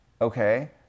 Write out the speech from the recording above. Okay